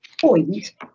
point